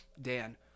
Dan